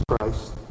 Christ